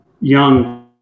young